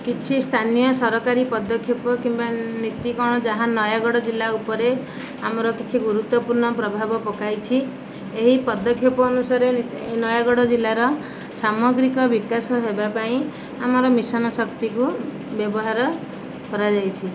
କିଛି ସ୍ଥାନୀୟ ସରକାରୀ ପଦକ୍ଷେପ କିମ୍ବା ନୀତି କ'ଣ ଯାହା ନୟାଗଡ଼ ଜିଲ୍ଲା ଉପରେ ଆମର କିଛି ଗୁରୁତ୍ଵପୂର୍ଣ୍ଣ ପ୍ରଭାବ ପକାଇଛି ଏହି ପଦକ୍ଷେପ ଅନୁସାରେ ନୟାଗଡ଼ ଜିଲ୍ଲାର ସାମଗ୍ରିକ ବିକାଶ ହେବା ପାଇଁ ଆମର ମିଶନ ଶକ୍ତିକୁ ବ୍ୟବହାର କରାଯାଇଛି